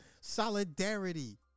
Solidarity